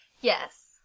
Yes